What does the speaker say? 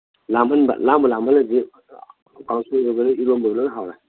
ꯂꯥꯝꯍꯟꯕ ꯂꯥꯝꯕꯨ ꯂꯥꯝꯍꯜꯗꯤ ꯀꯥꯡꯁꯣꯏ ꯑꯣꯏꯒꯦꯔ ꯏꯔꯣꯟꯕ ꯑꯣꯏꯒꯦꯔ ꯂꯣꯏ ꯍꯥꯎꯔꯦ